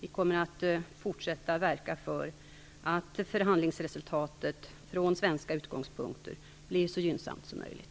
Vi kommer att fortsätta verka för att förhandlingsresultatet från svenska utgångspunkter blir så gynnsamt som möjligt.